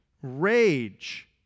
rage